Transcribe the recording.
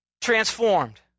Transformed